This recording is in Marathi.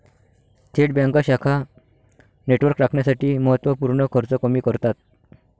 थेट बँका शाखा नेटवर्क राखण्यासाठी महत्त्व पूर्ण खर्च कमी करतात